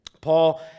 Paul